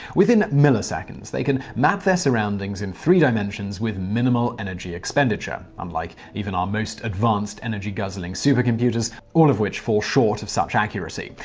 within milliseconds, they can map their surroundings in three dimensions with minimal energy expenditure unlike even our most advanced, energy-guzzling supercomputers, all of which fall short of such accuracy.